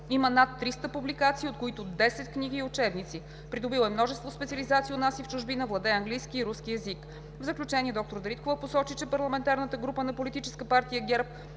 Има над 300 публикации, от които 10 книги и учебници. Придобил е множество специализации у нас и в чужбина. Владее английски и руски език. В заключение доктор Дариткова посочи, че парламентарната група на Политическа партия ГЕРБ